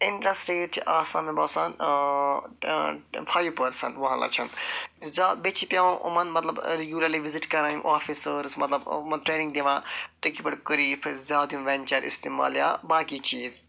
اِنٹریسٹہٕ rate چھِ آسان مےٚ باسان فایِو پٔرسنٛٹ وُہن لچھن زیادٕ بییٚہِ چھِ پٮ۪وان یِمن مطلب ریگوٗلرلی وِزٹ کَران یِم آفیسٲرٕس مطلب یِمن ٹرٛینِنٛگ دِوان تُہۍ کِتھٕ پٲٹھۍ کٔرِو یتھٕ پٲٹھۍ زیادٕ وینچر اِستعمال یا باقٕے چیٖز